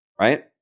Right